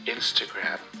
Instagram